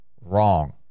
wrong